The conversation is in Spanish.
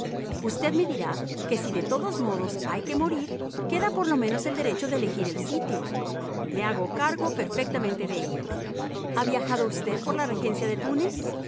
usted me dirá que si de todos modos hay que morir queda por lo menos el derecho de elegir el sitio me hago cargo perfectamente de ello ha viajado usted por la regencia de túnez